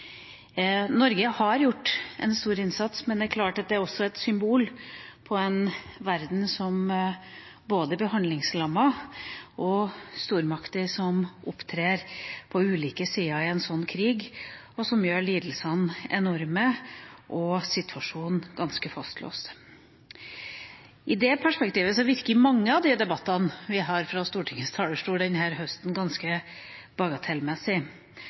Norge har gjort en stor innsats, men det er også et symbol på en verden som blir handlingslammet, og stormakter som opptrer på ulike sider i en krig som gjør lidelsene enorme og situasjonen ganske fastlåst. I det perspektivet virker mange av de debattene vi har hatt på Stortingets talerstol denne høsten, ganske